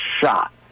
shot